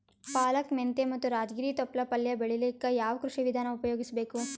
ಪಾಲಕ, ಮೆಂತ್ಯ ಮತ್ತ ರಾಜಗಿರಿ ತೊಪ್ಲ ಪಲ್ಯ ಬೆಳಿಲಿಕ ಯಾವ ಕೃಷಿ ವಿಧಾನ ಉಪಯೋಗಿಸಿ ಬೇಕು?